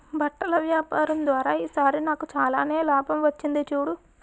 బట్టల వ్యాపారం ద్వారా ఈ సారి నాకు చాలానే లాభం వచ్చింది చూడు